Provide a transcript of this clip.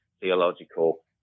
theological